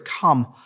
come